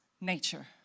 nature